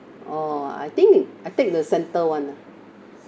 oh I think I take the center one lah